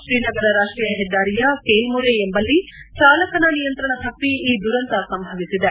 ಜಮ್ಮ ಶ್ರೀನಗರ ರಾಷ್ವೀಯ ಹೆದ್ದಾರಿಯ ಕೇಲ್ಮೊರೆ ಎಂಬಲ್ಲಿ ಚಾಲಕ ನಿಯಂತ್ರಣ ತಪ್ಪಿ ಈ ದುರಂತ ಸಂಭವಿಸಿದೆ